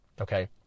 Okay